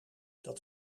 dat